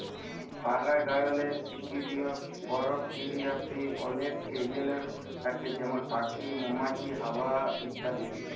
পারাগায়লের সকিরিয় পরকিরিয়াতে অলেক এজেলট থ্যাকে যেমল প্যাখি, মমাছি, হাওয়া ইত্যাদি